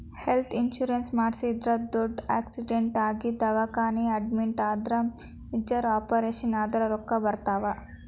health insurance ಮಾಡಿಸಿದ್ರ ದೊಡ್ಡ್ accident ಆಗಿ ದವಾಖಾನಿ ಅಡ್ಮಿಟ್ ಆದ್ರ ಮೇಜರ್ ಆಪರೇಷನ್ ಆದ್ರ ರೊಕ್ಕಾ ಬರ್ತಾವ